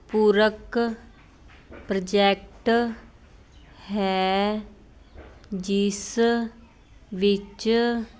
ਪੂਰਕ ਪ੍ਰਜੈਕਟ ਹੈ ਜਿਸ ਵਿੱਚ